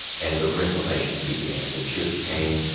and the reformation began. and the church came,